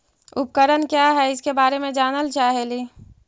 उपकरण क्या है इसके बारे मे जानल चाहेली?